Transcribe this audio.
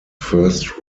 first